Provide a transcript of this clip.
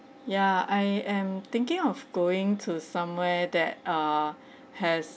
ya I am thinking of going to somewhere that err has